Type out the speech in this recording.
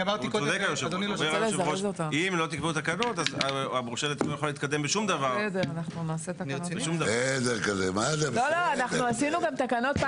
יושב ראש וועדת ערר ייתן, ב-95%, ייתן זכות ערר.